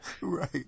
right